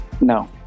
No